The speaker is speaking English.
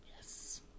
Yes